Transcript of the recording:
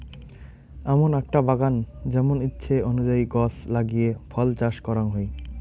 এমন আকটা বাগান যেমন ইচ্ছে অনুযায়ী গছ লাগিয়ে ফল চাষ করাং হই